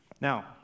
Now